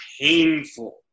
painful